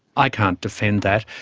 i can't defend that.